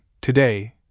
TODAY